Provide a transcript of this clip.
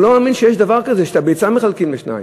הוא לא מאמין שיש דבר כזה שאת הביצה מחלקים לשניים.